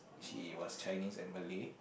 she was Chinese and Malay